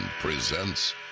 presents